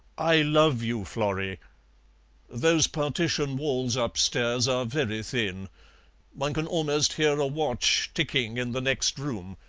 i love you, florrie those partition walls upstairs are very thin one can almost hear a watch ticking in the next room.